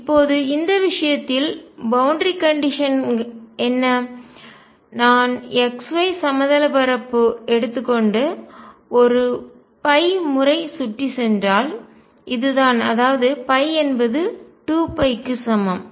இப்போது இந்த விஷயத்தில் பவுண்டரி கண்டிஷன் எல்லை நிபந்தனை என்ன நான் x y சமதள பரப்பு தட்டையான பரப்பு எடுத்துகொண்டு ஒரு முறை சுற்றிச் சென்றால் இதுதான் அதாவது என்பது 2 க்கு சமம்